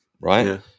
right